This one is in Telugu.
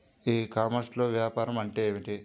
ఈ కామర్స్లో వ్యాపారం అంటే ఏమిటి?